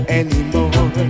anymore